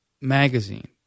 magazine